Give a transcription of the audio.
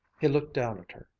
he looked down at her,